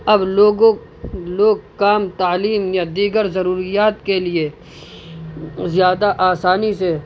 اب لوگوں لوگ کام تعلیم یا دیگر ضروریات کے لیے زیادہ آسانی سے